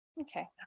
Okay